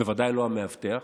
בוודאי לא המאבטח.